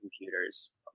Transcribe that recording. computers